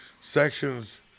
sections